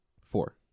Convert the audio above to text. Four